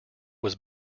was